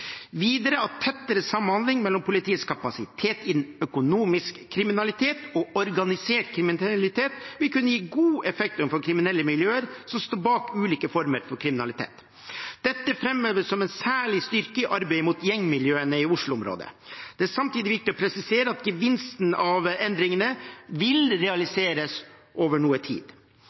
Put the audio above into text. videre at tettere samhandling mellom politiets kapasitet innen økonomisk kriminalitet og organisert kriminalitet vil kunne gi god effekt overfor kriminelle miljøer som står bak ulike former for kriminalitet. Dette framheves som en særlig styrke i arbeidet mot gjengmiljøene i Oslo-området. Det er samtidig viktig å presisere at gevinsten av endringene vil realiseres over noe tid.